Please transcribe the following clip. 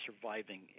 surviving